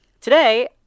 today